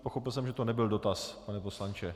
Pochopil jsem, že to nebyl dotaz, pane poslanče.